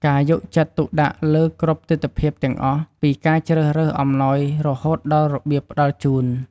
ការយកចិត្តទុកដាក់លើគ្រប់ទិដ្ឋភាពទាំងអស់ ពីការជ្រើសរើសអំណោយរហូតដល់របៀបផ្តល់ជូន។